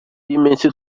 y’iminsi